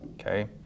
okay